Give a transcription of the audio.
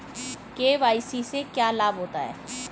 KYC से क्या लाभ होता है?